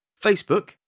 Facebook